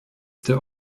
der